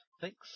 Thanks